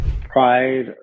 Pride